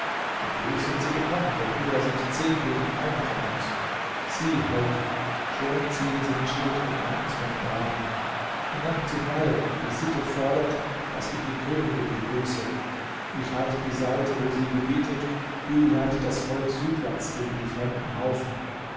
und willig sind sie gekommen denn ihrer sind zehn gegen einen von uns sieh held schon ziehen sie den schildring um unseren graben hinab zum wall die sitte fordert daß ich die königin begrüße ich halte die seite wo sie gebietet du leite das volk südwärts gegen die fremden haufen